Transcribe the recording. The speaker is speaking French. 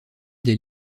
des